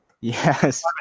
Yes